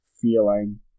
feeling